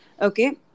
okay